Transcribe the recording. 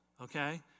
okay